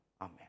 Amen